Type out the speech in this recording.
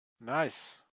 Nice